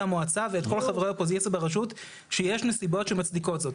המועצה ואת כל חברי האופוזיציה ברשות שיש נסיבות משצדיקות זאת.